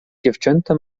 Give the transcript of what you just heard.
dziewczęta